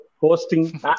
hosting